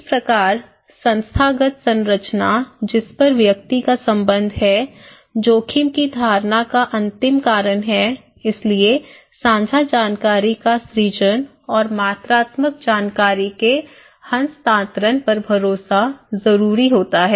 इस प्रकार संस्थागत संरचना जिस पर व्यक्ति का संबंध है जोखिम की धारणा का अंतिम कारण है इसलिए साझा जानकारी का सृजन और मात्रात्मक जानकारी के हस्तांतरण पर भरोसा जरूरी होता है